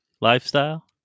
lifestyle